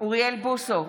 אוריאל בוסו,